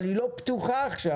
אבל היא לא פתוחה עכשיו